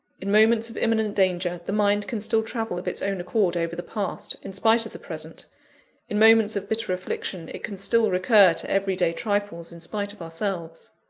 in moments of imminent danger, the mind can still travel of its own accord over the past, in spite of the present in moments of bitter affliction, it can still recur to every-day trifles, in spite of ourselves.